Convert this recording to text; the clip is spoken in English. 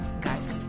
Guys